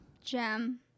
gem